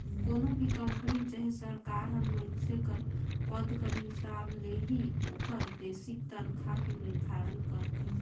कोनो भी कंपनी चहे सरकार हर मइनसे कर पद कर हिसाब ले ही ओकर बेसिक तनखा के निरधारन करथे